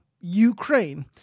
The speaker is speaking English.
Ukraine